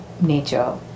nature